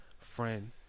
friend